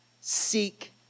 seek